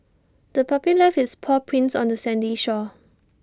the puppy left its paw prints on the sandy shore